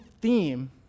theme